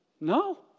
No